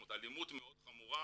זאת אומרת אלימות מאוד חמורה,